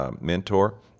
mentor